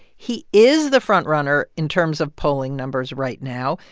he is the front-runner in terms of polling numbers right now,